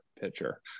pitcher